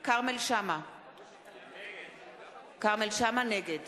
כרמל שאמה-הכהן, נגד